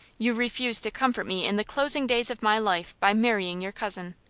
you refuse to comfort me in the closing days of my life by marrying your cousin.